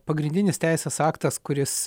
pagrindinis teisės aktas kuris